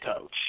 coach